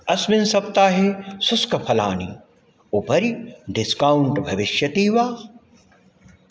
अस्मिन् सप्ताहे शुष्कफलानाम् उपरि डिस्कौण्ट् भविष्यति वा